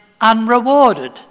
unrewarded